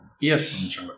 Yes